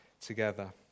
together